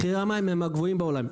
מחירי המים הם מהגבוהים בעולם.